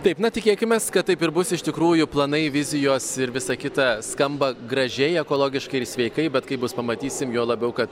taip na tikėkimės kad taip ir bus iš tikrųjų planai vizijos ir visa kita skamba gražiai ekologiškai ir sveikai bet kaip bus pamatysim juo labiau kad